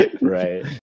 Right